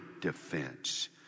defense